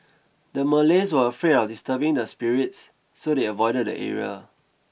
the Malays were afraid of disturbing the spirits so they avoided the area